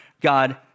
God